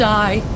die